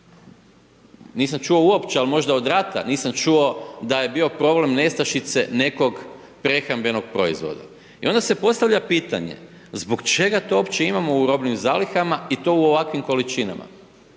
nisam čuo uopće, al možda od rata, nisam čuo da je bio problem nestašice nekog prehrambenog proizvoda i onda se postavlja pitanje zbog čega to uopće imamo u robnim zalihama i to u ovakvim količinama,